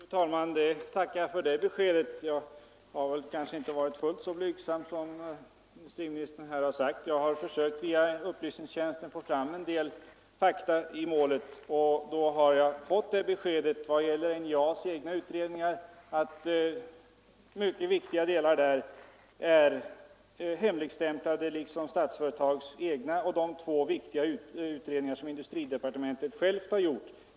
Fru talman! Jag tackar för det beskedet. Jag har väl inte varit fullt så blygsam som industriministern vill göra gällande. Jag har försökt att via upplysningstjänsten få fram en del fakta i målet. Då har jag fått det beskedet i vad gäller NJA :s egna utredningar att mycket viktiga delar där är hemligstämplade liksom Statsföretags egna utredningar och de två viktiga utredningar som industridepartementet självt har gjort.